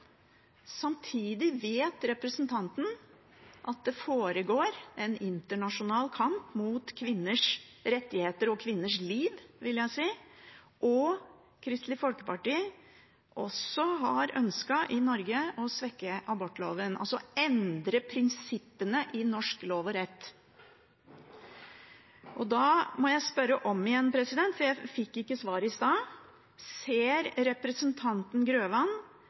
Samtidig vet representanten at det foregår en internasjonal kamp mot kvinners rettigheter og kvinners liv, vil jeg si. Kristelig Folkeparti har også ønsket å svekke abortloven i Norge, altså å endre prinsippene i norsk lov og rett. Da må jeg spørre om igjen, for jeg fikk ikke svar i stad: Ser representanten Grøvan